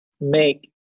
make